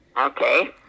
Okay